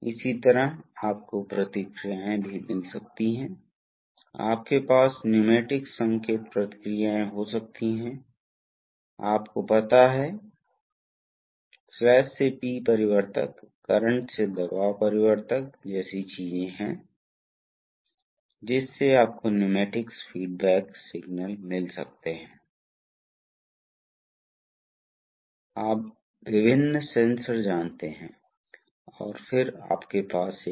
इसलिए spring throttle के पार दबाव के अंतर को निर्धारित करता है यह इस स्प्रिंग द्वारा निर्धारित किया जाता है यह हमेशा स्प्रिंग बल के बराबर होता है और इसलिए अब ऐसा होने जा रहा है जो कि वी नॉट के एक विशेष छिद्र पर आपके पास दबाव का अंतर नियत है और यदि आपके पास छिद्र क्रॉस सेक्शन तय है तो प्रवाह ठीक होने वाला है इसलिए यह वह तरीका है इसलिए जिस क्षण दबाव बढ़ता है इस के माध्यम से इस पूल को समायोजित करेगा